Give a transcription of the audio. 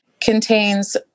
contains